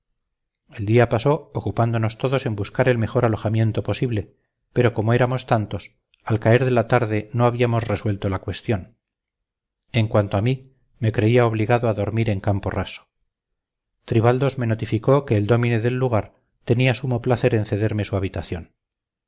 el día pasó ocupándonos todos en buscar el mejor alojamiento posible pero como éramos tantos al caer de la tarde no habíamos resuelto la cuestión en cuanto a mí me creía obligado a dormir en campo raso tribaldos me notificó que el dómine del lugar tenía sumo placer en cederme su habitación